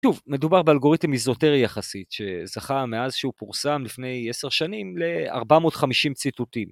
שוב, מדובר באלגוריתם איזוטרי יחסית, שזכה מאז שהוא פורסם לפני 10 שנים ל-450 ציטוטים.